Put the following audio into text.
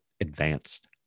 Advanced